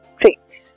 traits